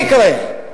זה מה שיקרה.